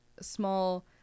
small